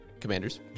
Commanders